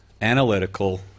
analytical